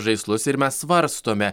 žaislus ir mes svarstome